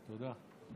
תודה.